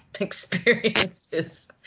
experiences